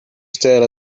still